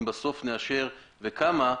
אם בנוסף נאשר וכמה,